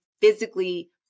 physically